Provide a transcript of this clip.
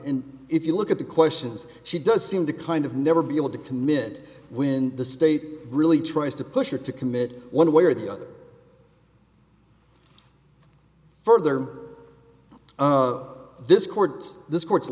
and if you look at the questions she does seem to kind of never be able to commit when the state really tries to push it to commit one way or the other further discords this court's